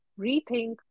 Rethink